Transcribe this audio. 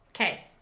Okay